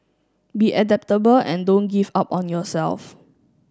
be adaptable and don't give up on yourself